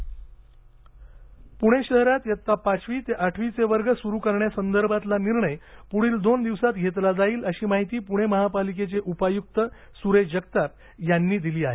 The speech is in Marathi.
पुणे शाळा पुणे शहरात इयत्ता पाचवी ते आठवी चे वर्ग सुरू करण्या संदर्भातला निर्णय पुढील दोन दिवसांत घेतला जाईल अशी माहिती पुणे महापालिकेचे उपायुक्त सुरेश जगताप यांनी दिली आहे